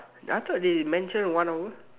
I thought they mentioned one hour